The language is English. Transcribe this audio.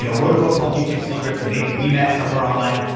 you know wrote a book called youtube secrets and maybe we met somewhere online.